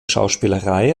schauspielerei